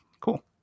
cool